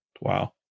Wow